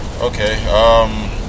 okay